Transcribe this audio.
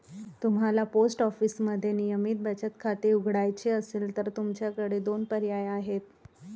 तुम्हाला पोस्ट ऑफिसमध्ये नियमित बचत खाते उघडायचे असेल तर तुमच्याकडे दोन पर्याय आहेत